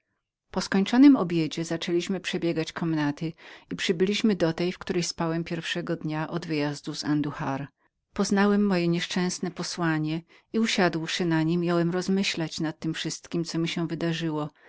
po skończonym obiedzie zaczęliśmy przebiegać komnaty i przybyliśmy do tej w której spałem pierwszego dnia mego wyjazdu z anduhar poznałem moje nieszczęsne posłanie i usiadłszy na niem jąłem rozmyślać nad tem wszystkiem co mi się wydarzyło